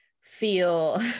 feel